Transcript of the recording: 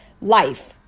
life